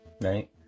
right